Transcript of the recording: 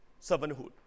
servanthood